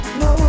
no